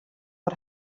der